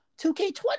2K20